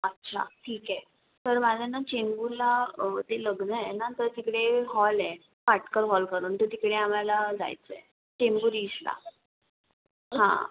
अच्छा ठीक आहे तर मला ना चेंबुरला ते लग्न आहे ना तर तिकडे एक हॉल आहे आटकर हॉल करून तर तिकडे आम्हाला जायचं आहे चेंबुर ईस्टला हां